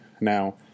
Now